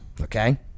okay